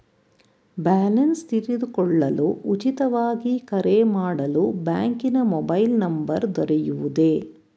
Balance ತಿಳಿದುಕೊಳ್ಳಲು ಉಚಿತವಾಗಿ ಕರೆ ಮಾಡಲು ಬ್ಯಾಂಕಿನ ಮೊಬೈಲ್ ನಂಬರ್ ದೊರೆಯುವುದೇ?